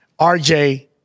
RJ